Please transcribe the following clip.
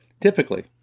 Typically